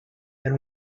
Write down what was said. and